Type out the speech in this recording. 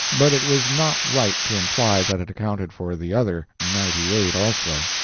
but it was not right to imply that it accounted for the other ninety-eight also.